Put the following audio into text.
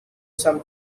some